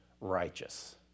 righteous